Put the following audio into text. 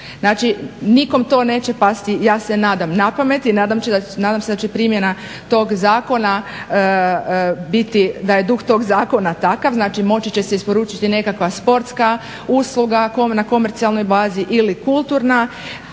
Znači, nikom to neće pasti, ja se nadam, na pamet i nadam se da će primjena tog zakona biti da je duh tog zakona takav. Znači moći će se isporučiti nekakva sportska usluga na komercijalnoj bazi ili kulturna.